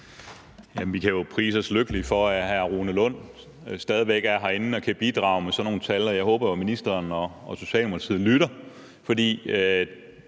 vi kan jo prise os lykkelige for, at hr. Rune Lund stadig væk er herinde og kan bidrage med sådan nogle tal. Jeg håber, ministeren og Socialdemokratiet lytter.